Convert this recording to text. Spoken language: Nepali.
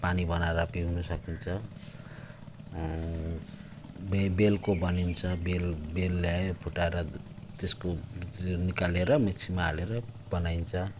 त्यसमा पानी बनाएर पिउनु सकिन्छ बेल बेलको बनिन्छ बेल बेल ल्यायो फुटाएर त्यसको निकालेर मिक्सीमा हालेर बनाइन्छ